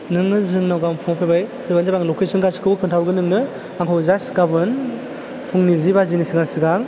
नोङो जोंनाव गाबोन फुङाव फैबाय फैबान जाबाय आं लकेशन गासिखौबो खोनथाहरगोन नोंनो आंखौ जास गाबोन फुंनि जि बाजिनि सिगां सिगां